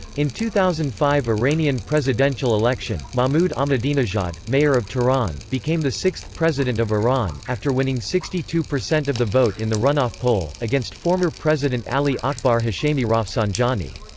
in two thousand and five iranian presidential election, mahmoud ahmadinejad, mayor of tehran, became the sixth president of iran, after winning sixty two percent of the vote in the run-off poll, against former president ali-akbar hashemi rafsanjani.